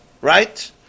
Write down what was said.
right